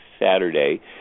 Saturday